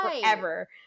forever